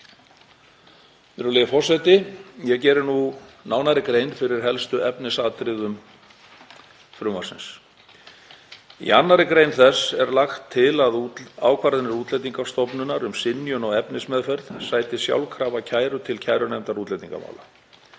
Virðulegi forseti. Ég geri nú nánari grein fyrir helstu efnisatriðum frumvarpsins. Í 2. gr. þess er lagt til að ákvarðanir Útlendingastofnunar um synjun á efnismeðferð sæti sjálfkrafa kæru til kærunefndar útlendingamála.